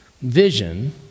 vision